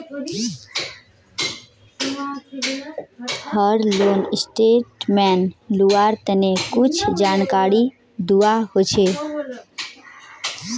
हर loan statement लुआर तने कुछु जानकारी दुआ होछे